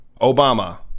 Obama